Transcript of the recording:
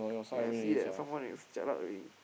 then I see that someone is jialat already